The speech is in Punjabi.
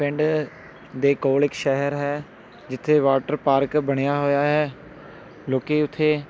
ਪਿੰਡ ਦੇ ਕੋਲ ਇੱਕ ਸ਼ਹਿਰ ਹੈ ਜਿੱਥੇ ਵਾਟਰ ਪਾਰਕ ਬਣਿਆ ਹੋਇਆ ਹੈ ਲੋਕ ਉੱਥੇ